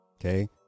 Okay